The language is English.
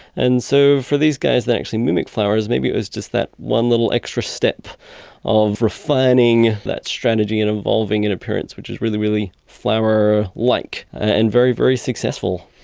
and so for these guys that actually mimic flowers, maybe it was just that one little extra step of refining that strategy and evolving an appearance which is really, really flower-like like and very, very successful.